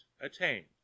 attained